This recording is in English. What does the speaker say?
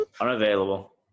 Unavailable